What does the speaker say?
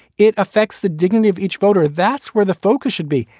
it affects the dignity of each voter. that's where the focus should be.